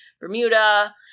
Bermuda